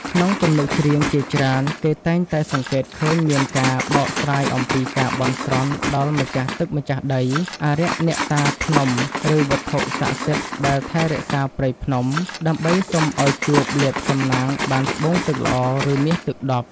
ក្នុងទំនុកច្រៀងជាច្រើន គេតែងតែសង្កេតឃើញមានការបកស្រាយអំពីការបន់ស្រន់ដល់ម្ចាស់ទឹកម្ចាស់ដី អារក្សអ្នកតាភ្នំ ឬវត្ថុសក្តិសិទ្ធិដែលថែរក្សាព្រៃភ្នំ ដើម្បីសុំឱ្យជួប លាភសំណាង បានត្បូងទឹកល្អ ឬមាសទឹកដប់។